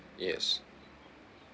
yes